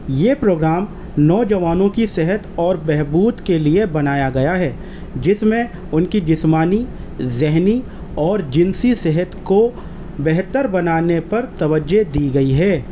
یہ پروگرام نوجوانوں کی صحت اور بہبود کے لیے بنایا گیا ہے جس میں ان کی جسمانی ذہنی اور جنسی صحت کو بہتر بنانے پر توجہ دی گئی ہے